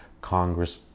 Congress